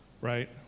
Right